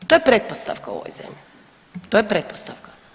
To je pretpostavka u ovoj zemlji, to je pretpostavka.